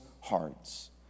hearts